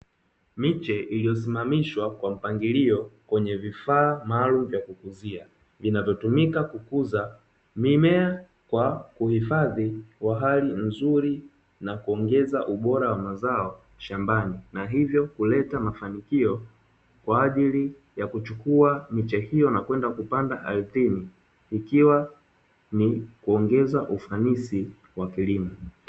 Miche iliyosimamishwa kwa mpangilio kwenye vifaa maalumu vya kukuzia vinavyotumika kukuza mimea kwa uhifadhi wa hali nzuri na kuongeza ubora wa mazao shambani, na hivyo kuleta mafanikio kwa ajili ya kuchukua miche hio na kwenda kuipanda ardhini ikiwa ni kuongeza ufanisi wa kilimo.